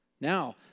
Now